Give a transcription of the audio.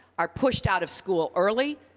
are pushed out of school early,